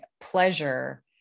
pleasure